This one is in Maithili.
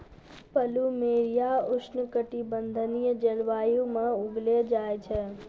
पलूमेरिया उष्ण कटिबंधीय जलवायु म उगैलो जाय छै